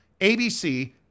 ABC